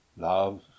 Love